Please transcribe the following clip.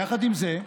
יחד עם זה,